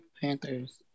Panthers